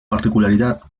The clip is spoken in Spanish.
particularidad